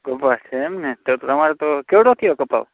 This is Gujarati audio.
કપાસ છે એમને તો તમારે તો કેવડો થયો કપાસ